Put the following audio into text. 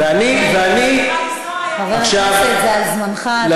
ואני, ואני, חבר הכנסת, עכשיו, זה על זמנך.